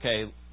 okay